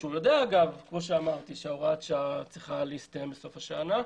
כשהוא יודע שהוראת השעה צריכה להסתיים בסוף השנה,